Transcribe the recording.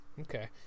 Okay